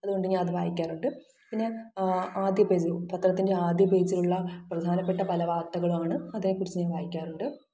അതുകൊണ്ട് ഞാൻ അത് വായിക്കാറുണ്ട് പിന്നെ ആദ്യ പേജ് പത്രത്തിൻ്റെ ആദ്യ പേജിലുള്ള പ്രധാനപ്പെട്ട പല വാർത്തകളും ആണ് അതിനെക്കുറിച്ച് ഞാൻ വായിക്കാറുണ്ട്